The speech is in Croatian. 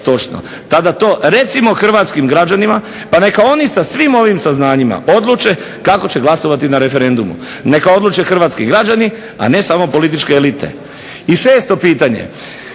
točno tada to recimo hrvatskim građanima pa neka oni sa svim ovim saznanjima odluče kako će glasovati na referendumu. Neka odluče hrvatski građani, a ne samo političke elite. I šesto pitanje.